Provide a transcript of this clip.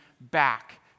back